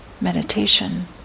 meditation